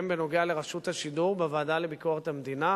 בעניין רשות השידור בוועדה לביקורת המדינה,